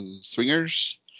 swingers